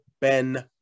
ben